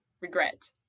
Regret